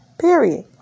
Period